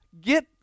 get